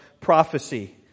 Prophecy